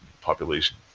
population